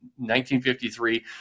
1953